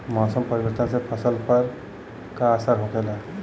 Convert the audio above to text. मौसम परिवर्तन से फसल पर का असर होखेला?